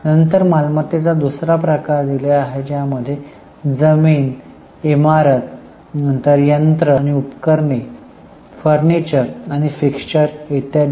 नंतर मालमत्तेचा दुसरा प्रकार दिलेला आहे ज्यामध्ये जमीन इमारत नंतर यंत्र आणि उपकरणे फर्निचर आणि फिक्स्चर इत्यादी इत्यादी